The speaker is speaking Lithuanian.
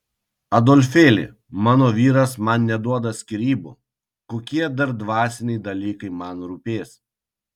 adolfėli mano vyras man neduoda skyrybų kokie dar dvasiniai dalykai man rūpės